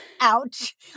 ouch